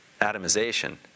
atomization